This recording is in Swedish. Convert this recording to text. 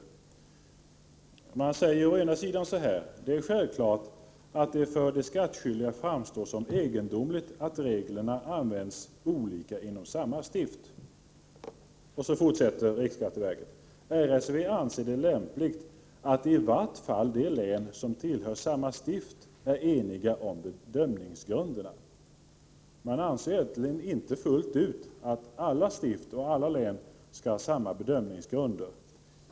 Riksskatteverket säger i detta meddelande å ena sidan att ”det är självklart att det för de skattskyldiga framstår som egendomligt att reglerna används olika inom samma stift”, å andra sidan att det är ”lämpligt att i vart fall de län som tillhör samma stift är eniga om bedömningsgrunderna”. RSV anser alltså egentligen inte fullt ut att alla stift och alla län skall ha samma bedömningsgrunder.